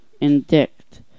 indict